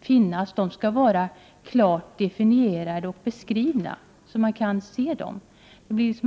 finnas skall vara klart definierade och beskrivna så att man kan se dem — inte tvärtom.